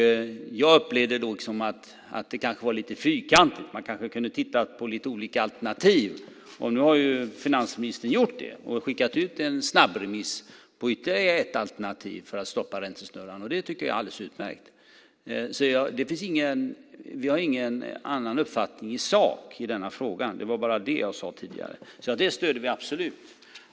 Jag upplevde då att det kanske var lite fyrkantigt. Man kanske kunde ha tittat på lite olika alternativ. Nu har ju finansministern gjort det och skickat ut en snabbremiss på ytterligare ett alternativ för att stoppa räntesnurran, och det tycker jag är alldeles utmärkt. Vi har ingen annan uppfattning i sak när det gäller denna fråga. Det var bara det jag sade tidigare. Det stöder vi alltså absolut!